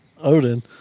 Odin